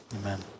amen